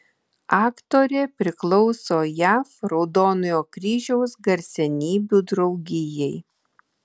aktorė priklauso jav raudonojo kryžiaus garsenybių draugijai